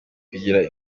kugira